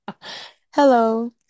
Hello